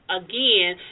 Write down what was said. again